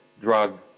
drug